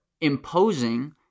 imposing